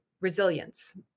resilience